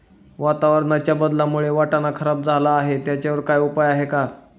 वातावरणाच्या बदलामुळे वाटाणा खराब झाला आहे त्याच्यावर काय उपाय आहे का?